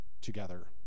together